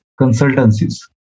consultancies